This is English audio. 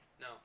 No